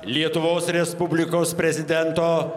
lietuvos respublikos prezidento